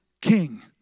king